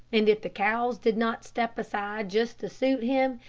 and if the cows did not step aside just to suit him,